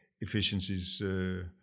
efficiencies